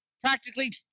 Practically